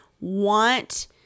want